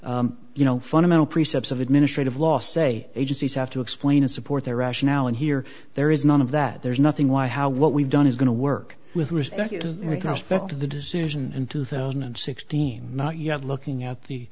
so you know fundamental precepts of administrative law say agencies have to explain and support their rationale and here there is none of that there's nothing why how what we've done is going to work with respect to erica aspect of the decision in two thousand and sixteen not yet looking at the